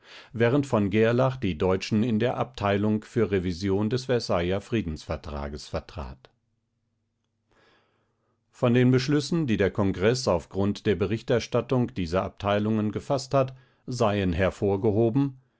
während v gerlach die deutschen in der abteilung für revision des versailler friedensvertrags vertrat von den beschlüssen die der kongreß auf grund der berichterstattung dieser abteilungen gefaßt hat seien hervorgehoben